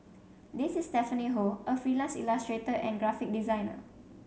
this is Stephanie Ho a freelance illustrator and graphic designer